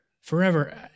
forever